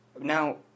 now